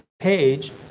page